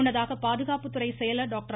முன்னதாக பாதுகாப்புத் துறை செயலர் டாக்டர்